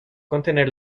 contener